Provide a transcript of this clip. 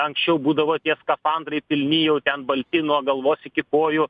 anksčiau būdavo tie skafandrai pilni jau ten balti nuo galvos iki kojų